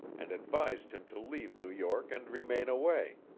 and advised him to leave new york and remain away.